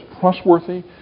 trustworthy